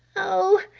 oh,